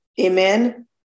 Amen